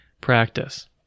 practice